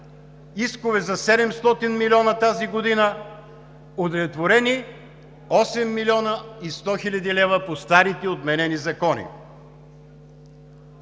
искове за 700 милиона тази година – удовлетворени 8 млн. и 100 хил. лв. по старите отменени закони.